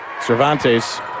Cervantes